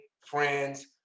friends